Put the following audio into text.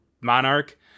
Monarch